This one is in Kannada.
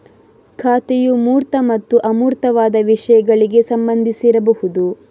ಖಾತೆಯು ಮೂರ್ತ ಮತ್ತು ಅಮೂರ್ತವಾದ ವಿಷಯಗಳಿಗೆ ಸಂಬಂಧಿಸಿರಬಹುದು